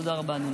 תודה רבה.